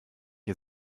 ihr